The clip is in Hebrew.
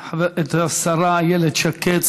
ראשונה אני מזמין את השרה איילת שקד,